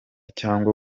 cyangwa